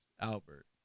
Albert